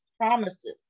promises